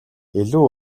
илүү